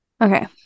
Okay